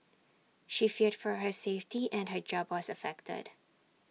she feared for her safety and her job was affected